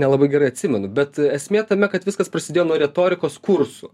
nelabai gerai atsimenu bet esmė tame kad viskas prasidėjo nuo retorikos kursų